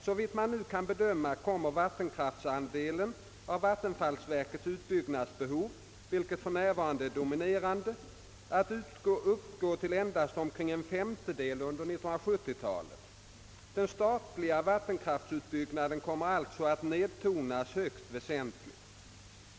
Såvitt man nu kan bedöma kommer vattenkraftandelen av vattenfallsverkets utbyggnadsbehov — vilken för närvarande är dominerande — att uppgå till endast omkring 1/5; under 1970-talet. Den statliga vattenkraftutbyggnaden kommer alltså att nedtonas högst väsentligt.